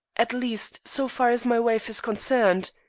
at least so far as my wife is concerned?